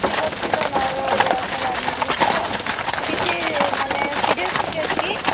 ଠିକ୍ ଅଛି ତା'ହେଲେ ନୟାଗଡ଼ ଆସିକି ଆଡ଼୍ମିଟ୍ ହୋଇଯାଅ କିଛି ମାନେ ସିରିଏସ୍ କେସ୍ କି